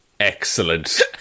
Excellent